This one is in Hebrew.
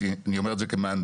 אני אומר את זה כמהנדס,